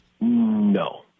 No